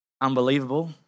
unbelievable